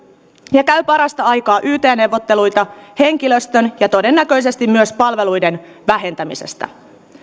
ja käy parasta aikaa yt neuvotteluita henkilöstön ja todennäköisesti myös palveluiden vähentämisestä